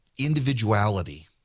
individuality